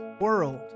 world